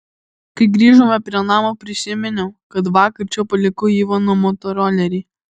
kai grįžome prie namo prisiminiau kad vakar čia palikau ivano motorolerį